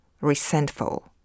resentful